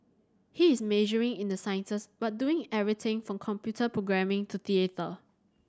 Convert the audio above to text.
he is majoring in the sciences but doing everything from computer programming to theatre